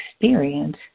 experience